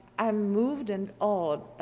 i moved in odd,